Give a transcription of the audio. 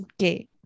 okay